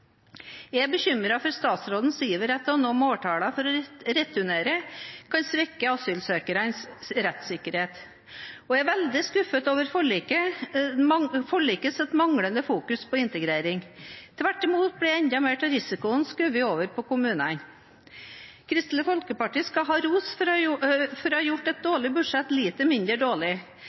Jeg er bekymret for at statsrådens iver etter å nå måltallene for å returnere kan svekke asylsøkernes rettssikkerhet. Og jeg er veldig skuffet over forlikets manglende fokus på integrering. Tvert imot blir enda mer av risikoen skjøvet over på kommunene. Kristelig Folkeparti skal ha ros for å ha gjort et dårlig budsjett litt mindre dårlig.